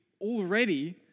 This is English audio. already